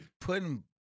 putting